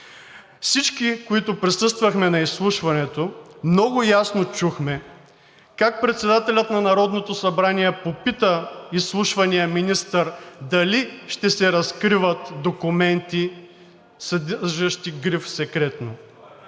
Всички, които присъствахме на изслушването, много ясно чухме как председателят на Народното събрание попита изслушвания министър дали ще се разкриват документи, съдържащи гриф „Секретно“,